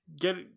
get